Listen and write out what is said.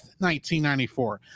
1994